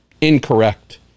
incorrect